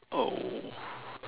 oh